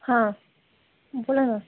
हां बोला ना